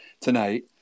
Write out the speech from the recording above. tonight